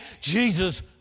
Jesus